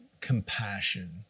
compassion